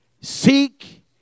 seek